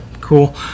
cool